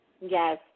Yes